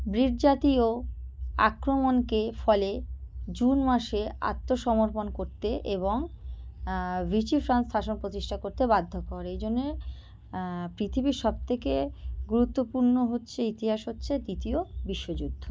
ব্রিট জাতীয় আক্রমণকে ফলে জুন মাসে আত্মসমর্পণ করতে এবং ভিচি ফ্রান্স শাসন প্রতিষ্ঠা করতে বাধ্য করে এই জন্যে পৃথিবীর সবথেকে গুরুত্বপূর্ণ হচ্ছে ইতিহাস হচ্ছে দ্বিতীয় বিশ্বযুদ্ধ